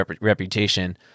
reputation